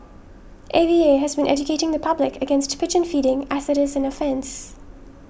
A V A has been educating the public against pigeon feeding as it is an offence